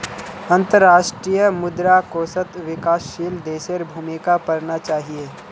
अंतर्राष्ट्रीय मुद्रा कोषत विकासशील देशेर भूमिका पढ़ना चाहिए